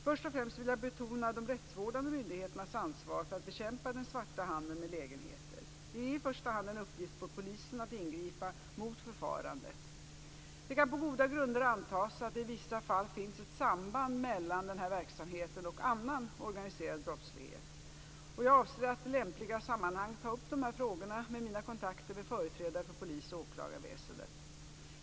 Först och främst vill jag betona de rättsvårdande myndigheternas ansvar för att bekämpa den svarta handeln med lägenheter. Det är i första hand en uppgift för polisen att ingripa mot förfarandet. Det kan på goda grunder antas att det i vissa fall finns ett samband mellan den här verksamheten och annan organiserad brottslighet. Jag avser att i lämpliga sammanhang ta upp de här frågorna vid mina kontakter med företrädare för polis och åklagarväsendet.